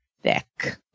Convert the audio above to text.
thick